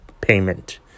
payment